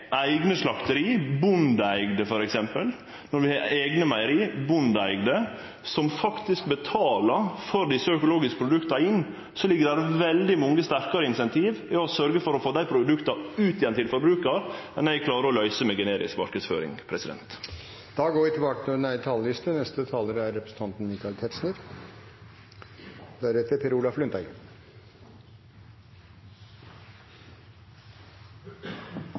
eigne slakteri, bondeeigde, når vi har eigne meieri, bondeeigde, som betaler for desse økologiske produkta inn, ligg det veldig mange sterkare incentiv i å sørgje for å få dei produkta ut igjen til forbrukarane enn eg klarer å løyse med generisk marknadsføring. Replikkordskiftet er over. Under henvisning til